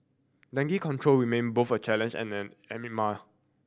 dengue control remain both a challenge and an enigma